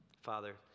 Father